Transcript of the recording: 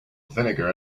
vinegar